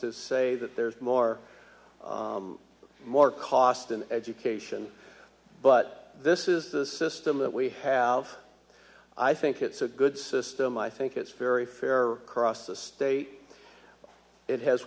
to say that there's more more cost in education but this is the system that we have i think it's a good system i think it's very fair cross the state it has